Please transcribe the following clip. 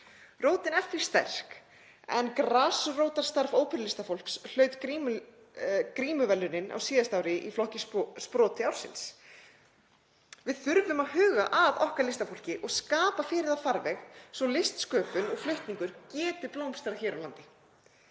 Rótin er því sterk en grasrótarstarf óperulistafólks hlaut Grímuverðlaunin á síðasta ári í flokknum sproti ársins. Við þurfum að huga að okkar listafólki og skapa fyrir það farveg svo að listsköpun og flutningur geti blómstrað hér á landi.